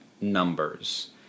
numbers